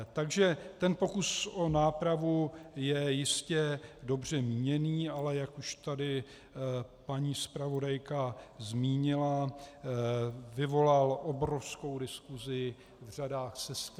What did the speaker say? Takže ten pokus o nápravu je jistě dobře míněný, ale jak už tady paní zpravodajka zmínila, vyvolal obrovskou diskusi v řadách sester.